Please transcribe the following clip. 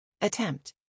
Attempt